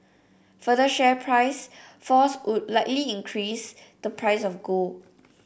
further share price falls would likely increase the price of gold